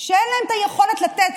שאין להן היכולת לתת?